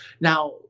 now